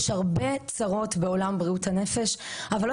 יש הרבה צרות בעולם בריאות הנפש אבל לא